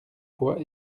fois